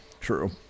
true